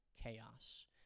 chaos